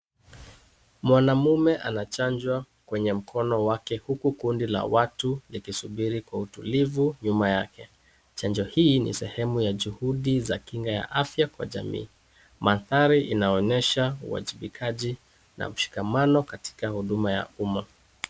Mwanamme anachanjwa kwenye mkono wake huku kundi la watu likisubiri kwa utulivu nyuma yake, chanjo hii ni sehemu ya juhudi za kinga ya afya kwa jamii , mandhari inaonyesha uajibikaji na umshikamano katika huduma ya umma.